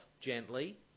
gently